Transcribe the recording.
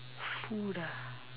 food ah